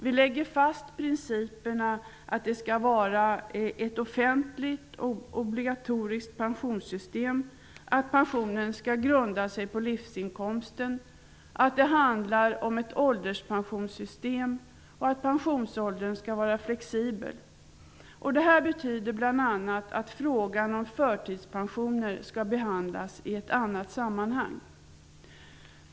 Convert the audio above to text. Vi lägger fast principerna om att det skall vara ett offentligt och obligatoriskt pensionssystem, att pensionen skall grunda sig på livsinkomsten, att det handlar om ett ålderspensionssystem och att pensionsåldern skall vara flexibel. Detta betyder bl.a. att frågan om förtidspensioner skall behandlas i ett annat sammanhang.